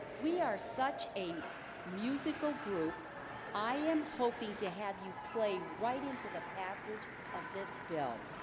we are such a musical group i am hoping to have you play right into the passage of this bill